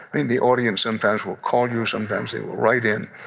i mean, the audience sometimes will call you, or sometimes they will write in.